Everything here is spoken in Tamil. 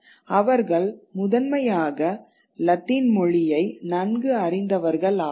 அவர்கள் முதன்மையாக லத்தீன் மொழியை நன்கு அறிந்தவர்கள் ஆவர்